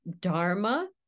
dharma